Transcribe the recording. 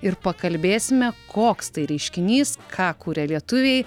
ir pakalbėsime koks tai reiškinys ką kuria lietuviai